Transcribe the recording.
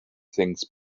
things